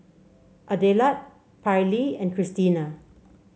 Adelard Pairlee and Christina